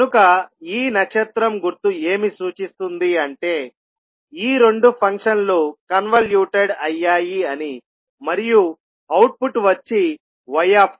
కనుక ఈ ఏమి సూచిస్తుంది అంటే ఈ రెండు ఫంక్షన్ లు కన్వల్యూటెడ్ అయ్యాయి అని మరియు అవుట్పుట్ వచ్చి y